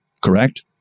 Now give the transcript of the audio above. correct